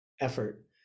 effort